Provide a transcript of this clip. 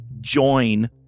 join